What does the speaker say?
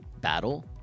battle